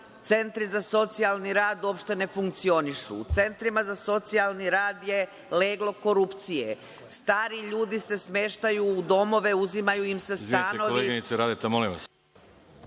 centri za socijalni rad uopšte ne funkcionišu. U centrima za socijalni rad je leglo korupcije. Stari ljudi se smeštaju u domove, uzimaju im se stanovi.